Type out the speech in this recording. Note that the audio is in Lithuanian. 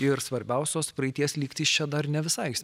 ir svarbiausios praeities lygtys čia dar ne visai